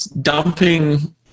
dumping